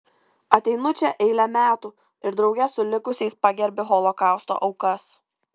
ateinu čia eilę metų ir drauge su likusiais pagerbiu holokausto aukas